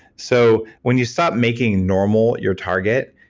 so, when you stop making normal your target,